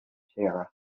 sarah